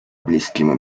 bliskim